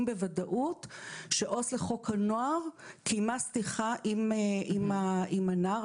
בוודאות שעו"ס לחוק הנוער קיימה שיחה עם הנער.